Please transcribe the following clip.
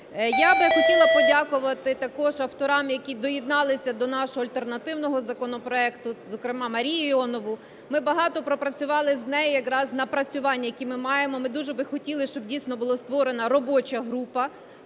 Я би хотіла подякувати також авторам, які доєдналися до нашого альтернативного законопроекту, зокрема Марії Іоновій. Ми багато пропрацювали з нею якраз напрацювань, які ми маємо. Ми дуже би хотіли, щоб дійсно була створена робоча група